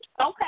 Okay